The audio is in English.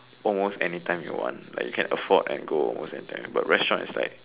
almost anytime you want like you can afford and go most of the time but restaurant is like